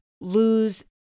lose